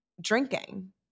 drinking